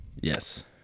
Yes